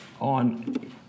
on